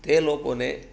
તે લોકોને